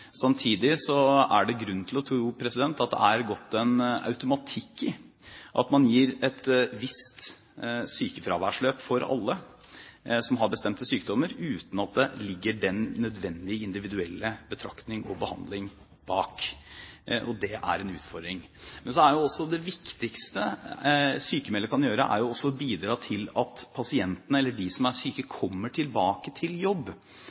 Samtidig er det grunn til å tro at det er gått en automatikk i at man gir et visst sykefraværsløp for alle som har bestemte sykdommer, uten at det ligger den nødvendige individuelle betraktning og behandling bak. Og det er en utfordring. Så er det viktigste sykmelder kan gjøre, også å bidra til at pasienten, eller de som er syke, kommer tilbake til jobb.